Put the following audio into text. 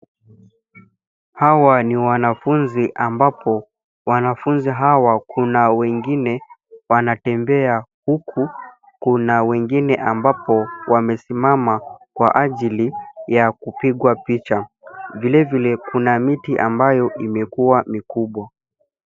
Hawa ni wanafunzi ambapo wanafunzi hawa kuna wengine wanatembea huku kuna wengine ambapo wamesimama kwa ajili ya kupigwa picha. Vilevile kuna miti ambayo imekua mikubwa.